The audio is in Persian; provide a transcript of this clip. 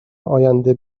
آینده